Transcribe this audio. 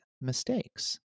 mistakes